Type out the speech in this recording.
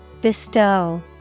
bestow